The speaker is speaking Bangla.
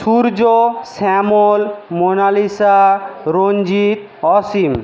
সূর্য শ্যামল মোনালিসা রঞ্জিত অসীম